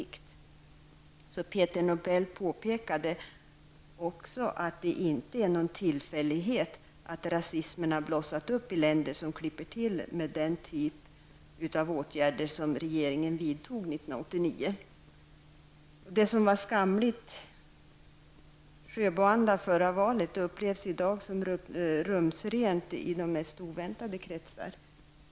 Peter Nobel påpekade också att det inte är någon tillfällighet att rasismen har blossat upp i länder som har klippt till med den typ av åtgärder som regeringen vidtog 1989. Det som var skamlig Sjöboanda under förra valet upplevs i dag som rumsrent i de mest oväntade kretsar.